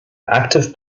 active